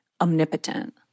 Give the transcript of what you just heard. omnipotent